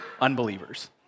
unbelievers